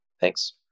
Thanks